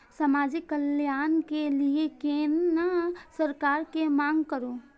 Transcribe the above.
समाजिक कल्याण के लीऐ केना सरकार से मांग करु?